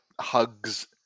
hugs